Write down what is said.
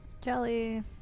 Jelly